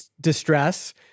distress